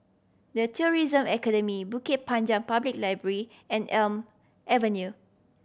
The Tourism Academy Bukit Panjang Public Library and Elm Avenue